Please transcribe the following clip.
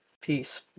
peace